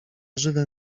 żywe